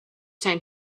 time